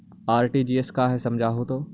RTGS का है समझाहू तो?